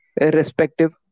irrespective